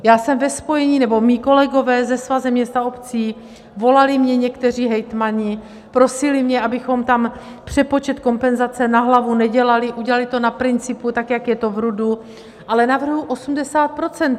Já jsem ve spojení, nebo mí kolegové, se Svazem měst a obcí, volali mně někteří hejtmani, prosili mě, abychom tam přepočet kompenzace na hlavu nedělali, udělali to na principu tak, jak je to v RUDu, ale navrhuji 80 %.